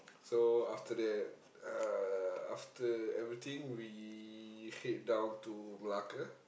so after that uh after everything we head down to Malacca